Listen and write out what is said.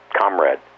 comrade